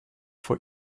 for